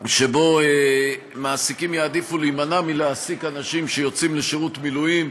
שבו מעסיקים יעדיפו להימנע מלהעסיק אנשים שיוצאים לשירות מילואים,